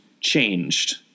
changed